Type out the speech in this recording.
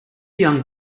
young